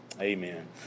Amen